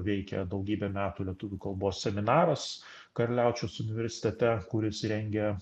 veikė daugybę metų lietuvių kalbos seminaras karaliaučiaus universitete kuris rengė